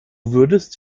würdest